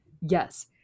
yes